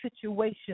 situation